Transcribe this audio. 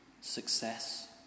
Success